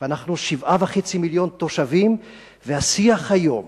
אנחנו 7.5 מיליוני תושבים, השיח היום